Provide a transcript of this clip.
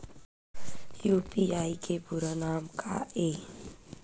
UPI के पूरा नाम का ये?